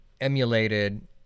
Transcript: emulated